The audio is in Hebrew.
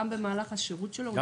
גם במהלך השירות שלו, יש להם ליווי.